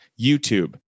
YouTube